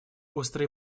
острые